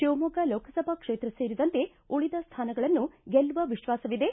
ಶಿವಮೊಗ್ಗ ಲೋಕಸಭಾ ಕ್ಷೇತ್ರ ಸೇರಿದಂತೆ ಉಳಿದ ಸ್ಥಾನಗಳನ್ನು ನಾವು ಗೆಲ್ಲುವ ವಿಶ್ವಾಸವಿದೆ